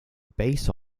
bass